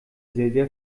silvia